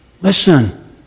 Listen